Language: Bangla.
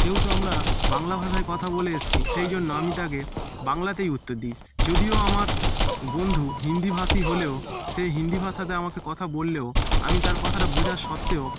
যেহেতু আমরা বাংলা ভাষায় কথা বলে এসেছি সেই জন্য আমি তাকে বাংলাতেই উত্তর দিই যদিও আমার বন্ধু হিন্দিভাষী হলেও সে হিন্দি ভাষাতে আমাকে কথা বললেও আমি তার কথাটা বোঝা সত্ত্বেও